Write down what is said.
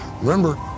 Remember